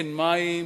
אין מים,